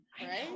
right